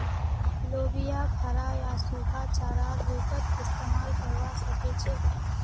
लोबियाक हरा या सूखा चारार रूपत इस्तमाल करवा सके छे